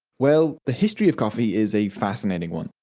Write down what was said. well, the history of coffee is a fascinating one.